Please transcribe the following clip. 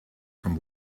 from